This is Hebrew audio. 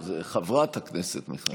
חברת הכנסת מיכאלי.